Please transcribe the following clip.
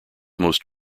most